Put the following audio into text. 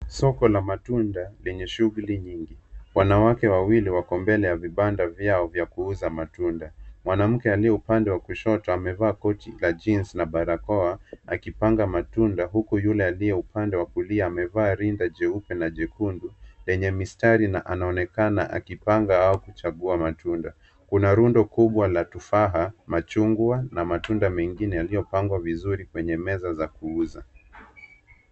Soko la matunda lenye shughuli nyingi. Wanawake wawili wako mbele ya vibanda vyao vya kuuza matunda. Mwanamke aliye upande wa kushoto amevaa koti la jeans na barakoa akipanga matunda huku yule aliyeupande wa kulia amevaa rinda jeupe na jekundu lenye mistari na anaonekana akipanga au kuchagua matunda. Kuna rundo kubwa la tufaha, machungwa na matunda mengine yaliopangwa vizuri kwenye meza za kuuza.